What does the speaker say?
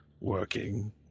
working